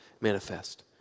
manifest